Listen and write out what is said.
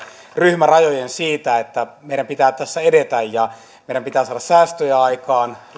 ryhmärajojen siitä että meidän pitää tässä edetä ja meidän pitää saada säästöjä aikaan luoda